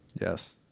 Yes